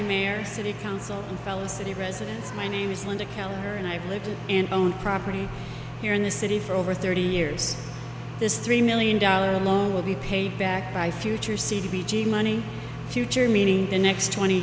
new mayor city council and fellow city residents my name is linda calendar and i live in own property here in the city for over thirty years this three million dollars alone will be paid back by future c d g money future meaning the next twenty